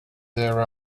there